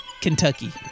Kentucky